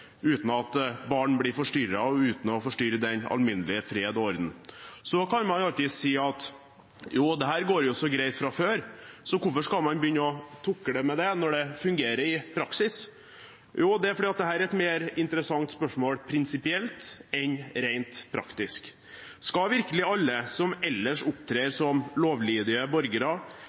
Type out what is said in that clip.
uten å lage kvalm, uten at barn blir forstyrret, og uten å forstyrre den alminnelige fred og orden. Man kan alltids si at dette går så greit fra før, hvorfor skal man begynne å tukle med det når det fungerer i praksis? Jo, det er fordi dette er et mer interessant spørsmål prinsipielt enn rent praktisk. Skal virkelig alle som ellers opptrer som lovlydige borgere,